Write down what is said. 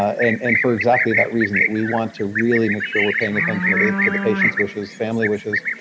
and and for exactly that reason that we want to really make sure we're paying attention to the to the patient's wishes, family wishes,